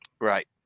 Right